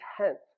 tenth